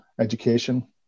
education